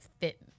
fit